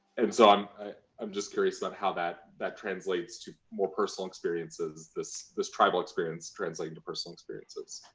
and so i'm i'm just curious about how that that translates to more personal experiences, this this tribal experience translating to personal experiences.